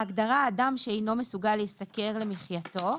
פסקה: "בהגדרה "אדם שאינו מסוגל להשתכר למחייתו",